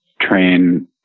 train